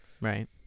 Right